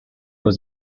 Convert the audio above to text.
was